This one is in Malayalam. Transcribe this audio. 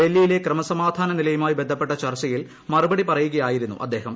ഡൽഹിയിലെ ക്രമസമാധാന നിലയുമായി ബന്ധപ്പെട്ട ചർച്ചയിൽ മറുപടി പറയുകയായിരുന്നു അദ്ദേഹം